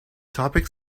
topic